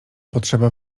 potrzeba